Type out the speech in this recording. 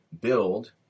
build